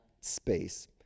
space